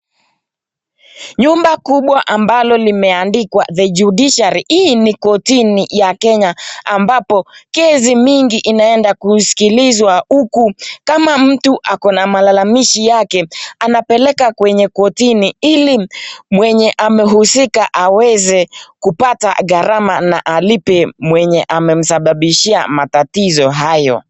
Nyumba kubwa ambalo limeandikwa the judiciary hii ni kotini ya Kenya ambapo kesi mingi inaenda kusikilizwa huku kama mtu ako malalamishi yake anapeleka kwenye kotini ,ili mwenye amehusika aweze kupata gharama na alipe mwenye amemsababishia matatizo hayo.